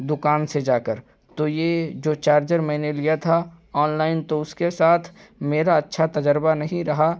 دوکان سے جا کر تو یہ جو چارجر میں نے لیا تھا آن لائن تو اس کے ساتھ میرا اَچّھا تجربہ نہیں رہا